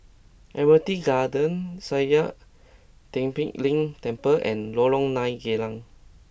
Admiralty Garden Sakya Tenphel Ling Temple and Lorong Nine Geylang